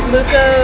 Luca